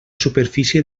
superfície